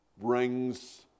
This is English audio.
brings